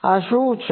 આ શું છે